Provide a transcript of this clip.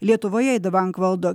lietuvoje davank valdo